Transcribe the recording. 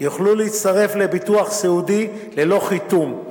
יוכלו להצטרף לביטוח הסיעודי, ללא חיתום.